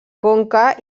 conca